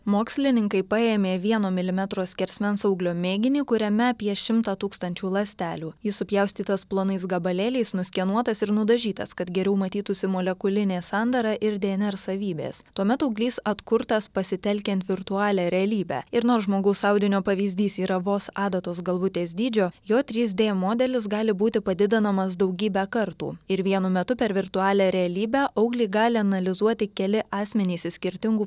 mokslininkai paėmė vieno milimetro skersmens auglio mėginį kuriame apie šimtą tūkstančių ląstelių jis supjaustytas plonais gabalėliais nuskenuotas ir nudažytas kad geriau matytųsi molekulinė sandara ir dnr savybės tuomet auglys atkurtas pasitelkiant virtualią realybę ir nors žmogaus audinio pavyzdys yra vos adatos galvutės dydžio jo trys d modelis gali būti padidinamas daugybę kartų ir vienu metu per virtualią realybę auglį gali analizuoti keli asmenys iš skirtingų